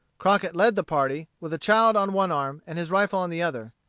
crockett led the party, with a child on one arm and his rifle on the other.